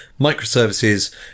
microservices